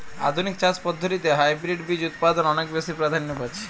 আধুনিক চাষ পদ্ধতিতে হাইব্রিড বীজ উৎপাদন অনেক বেশী প্রাধান্য পাচ্ছে